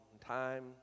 time